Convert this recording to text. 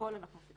אני חושב